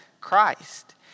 Christ